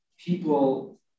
people